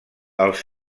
els